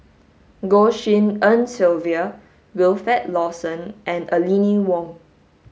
Goh Tshin En Sylvia Wilfed Lawson and Aline Wong